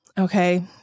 Okay